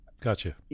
gotcha